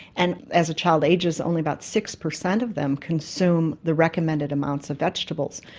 and as a child ages only about six percent of them consume the recommended amounts of vegetables.